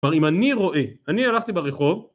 אבל אם אני רואה אני הלכתי ברחוב